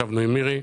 ישבנו עם מירי,